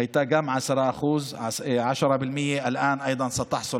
היה גם 10%, עכשיו גם תקבל